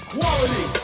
Quality